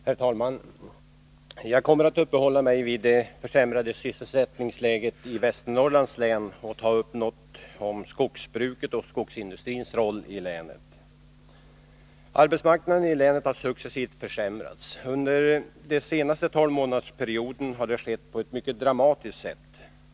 Herr talman! Jag kommer att uppehålla mig vid det försämrade sysselsättningsläget i Västernorrlands län och något ta upp skogsbrukets och skogsindustrins roll i länet. Arbetsmarknadssituationen i länet har successivt försämrats. Under den senaste tolvmånadersperioden har det skett på ett mycket dramatiskt sätt.